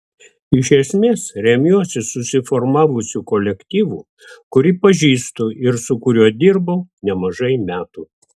iš esmės remiuosi susiformavusiu kolektyvu kurį pažįstu ir su kuriuo dirbau nemažai metų